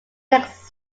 next